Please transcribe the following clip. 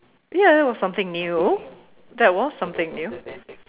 ya it was something new that was something new